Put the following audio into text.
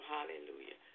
Hallelujah